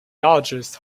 largest